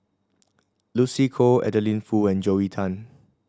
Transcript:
Lucy Koh Adeline Foo and Joel Tan